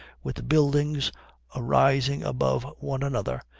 with buildings arising above one another,